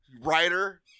writer